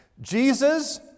Jesus